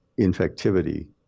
infectivity